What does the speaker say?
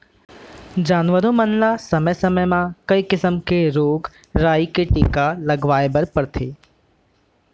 जानवरों मन ल समे समे म कई किसम के रोग राई के टीका लगवाए बर परथे